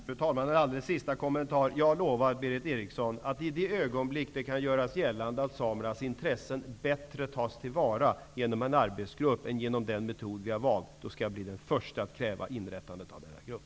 Fru talman! En avslutande kommentar: Jag lovar Berith Eriksson att i det ögonblick som det kan göras gällande att samernas intressen bättre tas till vara genom en arbetsgrupp än genom den metod som vi har valt, skall jag bli den förste att kräva ett inrättande av en samisk grupp.